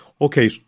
Okay